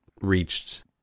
reached